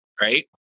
right